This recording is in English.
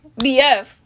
BF